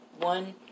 One